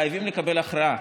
חייבים לקבל הכרעה,